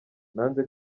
nanze